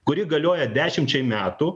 kuri galioja dešimčiai metų